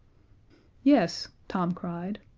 yes, tom cried.